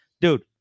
Dude